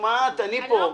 אני פה.